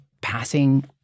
passing